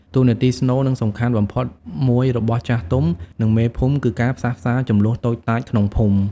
តួនាទីស្នូល និងសំខាន់បំផុតមួយរបស់ចាស់ទុំ និងមេភូមិគឺការផ្សះផ្សាជម្លោះតូចតាចក្នុងភូមិ។